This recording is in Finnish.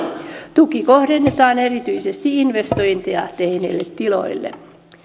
tuki kohdennetaan erityisesti investointeja tehneille tiloille